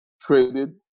traded